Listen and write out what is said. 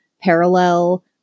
parallel